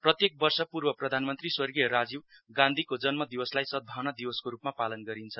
प्रत्येक वर्ष पूर्व प्रधानमन्त्री स्वगीर्य राजीव गान्धीको जन्म दिनलाई सदभावना दिवसको रूपमा पालन गरिन्छ